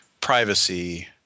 privacy